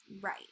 Right